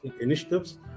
initiatives